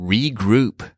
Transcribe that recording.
Regroup